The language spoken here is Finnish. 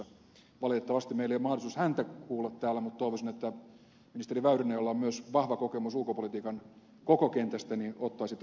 valitettavasti meillä ei ole mahdollisuutta häntä kuulla täällä mutta toivoisin että ministeri väyrynen jolla on myös vahva kokemus ulkopolitiikan koko kentästä ottaisi tähän asiaan kantaa